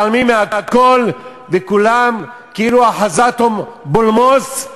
מתעלמים מהכול וכולם כאילו אחזם בולמוס,